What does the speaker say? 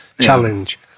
challenge